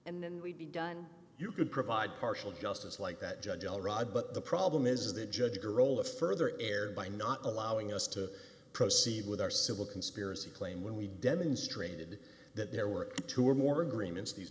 and we'd be done you could provide partial justice like that judge l rod but the problem is that judge roll a further erred by not allowing us to proceed with our civil conspiracy claim when we demonstrated that there were two or more agreements these